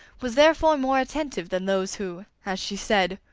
was therefore more attentive than those who, as she said,